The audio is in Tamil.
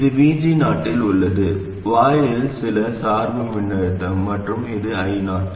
இது VG0 இல் உள்ளது வாயிலில் சில சார்பு மின்னழுத்தம் மற்றும் இது I0